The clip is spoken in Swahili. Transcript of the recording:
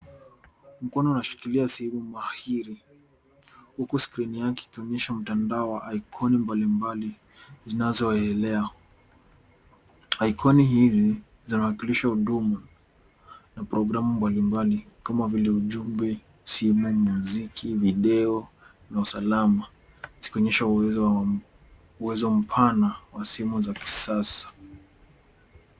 Mkono unashikilia simu mahiri, huku skrini yake yakionyesha mtandao wa aikoni mbalimbali zinazo waelea. Aikoni hizi zanawakilisha udumu na programu mbalimbali kama vile ujumbe, simu, mziki, video na usalama, zikionyesha uwezo mpana wa simu za kisasa.